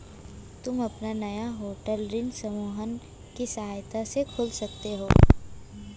तुम अपना नया होटल ऋण समूहन की सहायता से खोल सकते हो